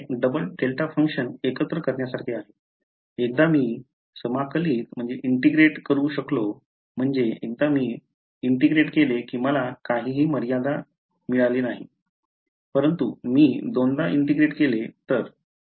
तर हे double delta function एकत्र करण्यासारखे आहे एकदा मी समाकलित करू शकलो म्हणजे एकदा मी समाकलित केले की मला काहीही मर्यादित मिळाले नाही परंतु मी दोनदा समाकलित केले तर